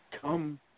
come